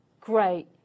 great